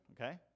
okay